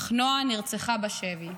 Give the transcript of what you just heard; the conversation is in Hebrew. אך נועה נרצחה בשבי.